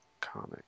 comic